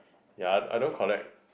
ya I don't collect